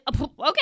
Okay